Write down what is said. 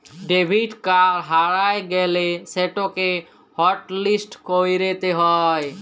debit card হারাঁয় গ্যালে সেটকে হটলিস্ট ক্যইরতে হ্যয়